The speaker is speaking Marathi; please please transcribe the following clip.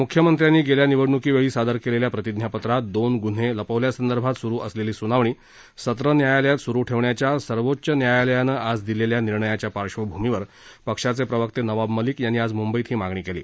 म्ख्यमंत्र्यांनी गेल्या निवडण्कीवेळी सादर केलेल्या प्रतिज्ञापत्रात दोन ग्न्हे लपवल्यासंदर्भात स्रू असलेली स्नावणी सत्र न्यायालयात स्रू ठेवण्याच्या सर्वोच्च न्यायालयानं आज दिलेल्या निर्णयाच्या पार्श्वभूमीवर पक्षाचे प्रवक्ते नवाब मलिक यांनी आज मुंबईत ही मागणी केली